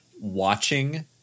watching